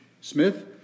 Smith